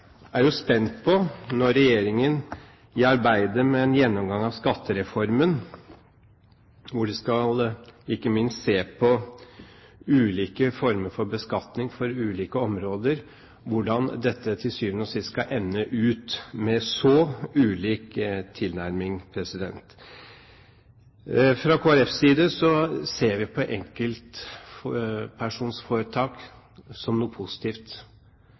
er jo spent på – når regjeringen i arbeidet med en gjennomgang av skattereformen, hvor de ikke minst skal se på ulike former for beskatning på ulike områder – hvordan dette til syvende og sist skal ende, med så ulik tilnærming. Fra Kristelig Folkepartis side ser vi på enkeltpersonforetak som noe positivt.